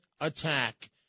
attack